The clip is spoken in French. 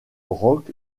rock